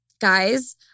guys